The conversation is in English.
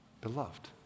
beloved